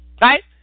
Right